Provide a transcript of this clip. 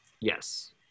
yes